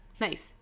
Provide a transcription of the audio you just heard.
nice